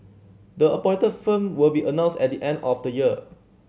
the appointed firm will be announced at the end of the year